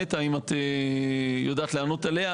נטע, אם את יודעת לענות עליה.